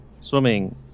swimming